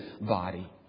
body